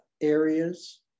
areas